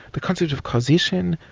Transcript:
the concept of causation,